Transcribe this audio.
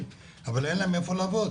אבל אין להן איפה לעבוד.